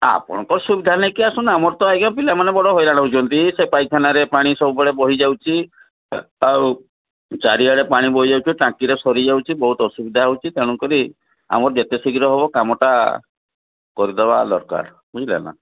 ଆପଣଙ୍କ ସୁବିଧା ନେଇକି ଆସନ୍ତୁ ଆମର ତ ଆଜ୍ଞା ପିଲା ବଡ଼ ହଇରାଣ ହେଉଛନ୍ତି ସେ ପାଇଖାନାରେ ପାଣି ସବୁବେଳେ ବହିଯାଉଛି ଆଉ ଚାରିଆଡ଼େ ପାଣି ବୋହି ଯାଉଥିବ ଟାଙ୍କିରେ ସରିଯାଉଛି ବହୁତ ଅସୁବିଧା ହେଉଛି ତେଣୁକରି ଆମର ଯେତେ ଶୀଘ୍ର ହେବ କାମଟା କରିହେବା ଦରକାର ବୁଝିଲେ ନା